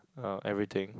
uh everything